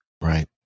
Right